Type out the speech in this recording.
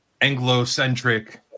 anglo-centric